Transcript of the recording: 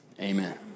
amen